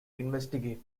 investigate